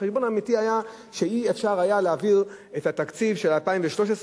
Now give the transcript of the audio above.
החשבון האמיתי היה שלא היה אפשר להעביר את התקציב של 2013,